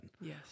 Yes